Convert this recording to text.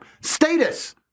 Status